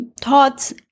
thoughts